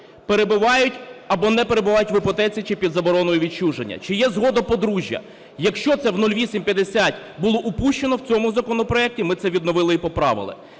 перебувають або не перебувають в іпотеці чи під забороною відчуження; чи є згода подружжя. Якщо це в 0850 було упущено, в цьому законопроекті ми це відновили і поправили.